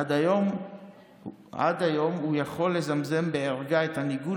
עד היום הוא יכול לזמזם בערגה את הניגון